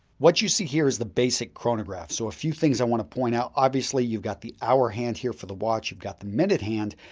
what you see here is the basic chronograph, so a few things i want to point out. obviously you've got the hour hand here for the watch, you've got the minute hand,